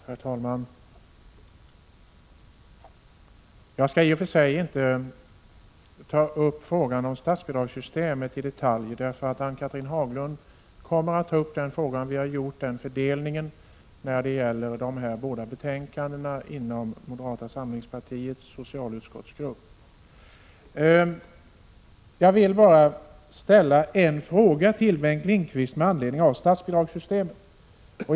Herr talman! Jag skall inte ta upp frågan om statsbidragssystemet i detalj. Ann-Cathrine Haglund kommer att ta upp den frågan. Vi har gjort den fördelningen inom moderata samlingspartiets socialutskottsgrupp när det gäller de här båda betänkandena från socialutskottet. Jag vill bara ställa en fråga till Bengt Lindqvist angående statsbidragssystemet.